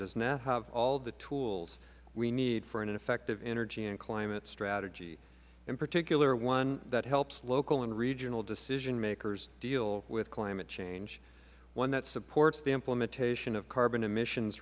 does not have all the tools we need for an effective energy and climate strategy in particular one that helps local and regional decisionmakers deal with climate change one that supports the implementation of carbon emissions